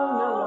no